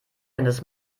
seines